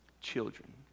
Children